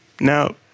Now